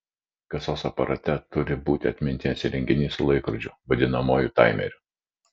kasos aparate turi būti atminties įrenginys su laikrodžiu vadinamuoju taimeriu